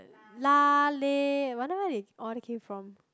lah leh wonder where they all came from